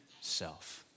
self